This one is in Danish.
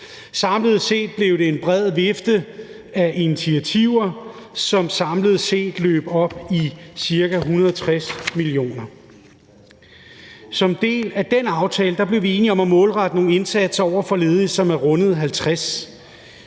Samlet set blev det en bred vifte af initiativer, som samlet set løb op i ca. 160 mio. kr. Som en del af den aftale blev vi enige om at målrette nogle indsatser mod ledige, som har rundet 50